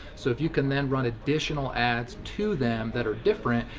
so if you can then run additional ads to them that are different,